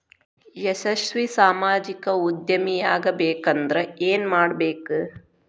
ಯಶಸ್ವಿ ಸಾಮಾಜಿಕ ಉದ್ಯಮಿಯಾಗಬೇಕಂದ್ರ ಏನ್ ಮಾಡ್ಬೇಕ